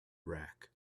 rack